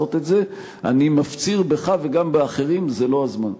זה לא סביר וזה לא בסדר.